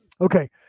Okay